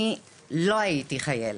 אני לא הייתי חיילת.